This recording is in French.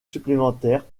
supplémentaires